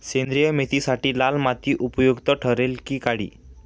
सेंद्रिय मेथीसाठी लाल माती उपयुक्त ठरेल कि काळी?